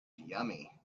yummy